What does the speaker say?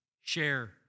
share